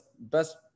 best